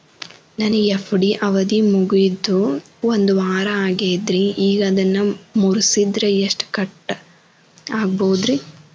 ನನ್ನ ಎಫ್.ಡಿ ಅವಧಿ ಮುಗಿದು ಒಂದವಾರ ಆಗೇದ್ರಿ ಈಗ ಅದನ್ನ ಮುರಿಸಿದ್ರ ಎಷ್ಟ ಕಟ್ ಆಗ್ಬೋದ್ರಿ?